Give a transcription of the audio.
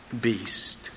beast